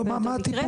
לא, לא, מה הטיפול?